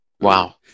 Wow